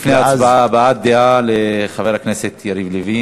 לפני ההצבעה, הבעת דעה לחבר הכנסת יריב לוין.